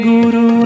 Guru